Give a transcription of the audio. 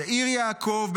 יאיר יעקב,